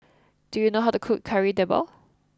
do you know how to cook Kari Debal